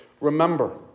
Remember